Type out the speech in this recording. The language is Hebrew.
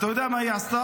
אתה יודע מה היא עשתה?